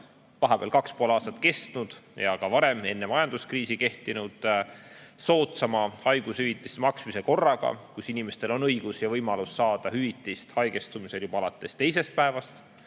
vahepeal kaks ja pool aastat kestnud ja ka varem, enne majanduskriisi kehtinud soodsama haigushüvitiste maksmise korraga, nii et inimestel oleks õigus ja võimalus saada hüvitist haigestumisel juba alates teisest päevast.